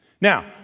Now